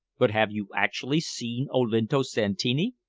but have you actually seen olinto santini?